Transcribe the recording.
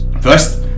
first